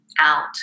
out